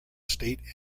state